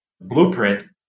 blueprint